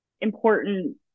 important